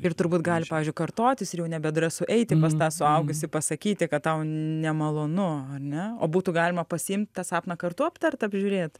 ir turbūt gali pavyzdžiui kartotis ir jau nebedrąsu eiti pas tą suaugusį pasakyti kad tau nemalonu ar ne o būtų galima pasiimt tą sapną kartu aptart apžiūrėt